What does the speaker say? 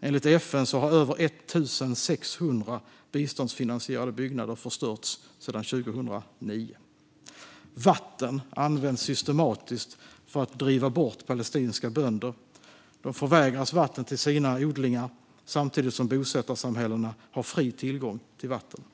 Enligt FN har över 1 600 biståndsfinansierade byggnader förstörts sedan 2009. Vatten används systematiskt för att driva bort palestinska bönder. De förvägras vatten till sina odlingar, samtidigt som bosättarsamhällena har fri tillgång till vatten.